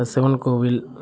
சிவன் கோவில்